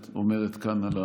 אנחנו.